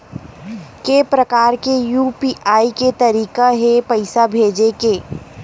के प्रकार के यू.पी.आई के तरीका हे पईसा भेजे के?